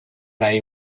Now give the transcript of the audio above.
rai